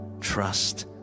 Trust